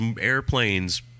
airplanes